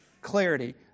clarity